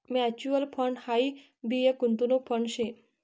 mutual fund हाई भी एक गुंतवणूक फंड शे